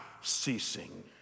ceasing